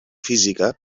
física